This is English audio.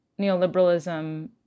neoliberalism